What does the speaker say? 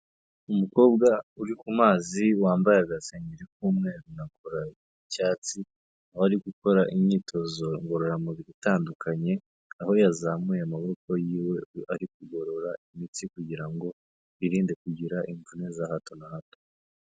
Umukobwa uri ku mazi wambaye agasengeri k'umweru na kora y'icyatsi, aho ari gukora imyitozo ngororamubiri itandukanye, aho yazamuye amaboko yiwe ari kugorora imitsi kugira ngo yirinde kugira imvune za hato na hato.